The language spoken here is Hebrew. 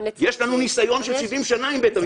--- יש לנו ניסיון של 70 שנה עם בית המשפט.